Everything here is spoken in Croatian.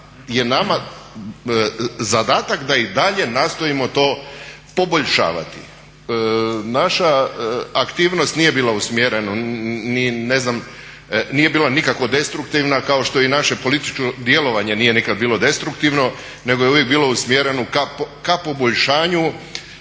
je nama zadatak da i dalje nastojimo to poboljšavati. Naša aktivnost nije bila usmjerena ni ne znam, nije bila nikako destruktivna kao što i naše političko djelovanje nije nikada bilo destruktivno nego je uvijek bilo usmjereno ka poboljšanju